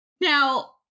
Now